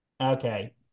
Okay